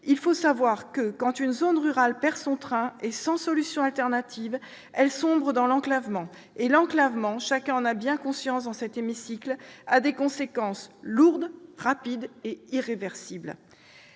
Il faut savoir que, quand une zone rurale perd son train, sans disposer d'une solution de rechange, elle sombre dans l'enclavement. Or l'enclavement- chacun en a bien conscience dans cet hémicycle -a des conséquences lourdes, rapides et irréversibles.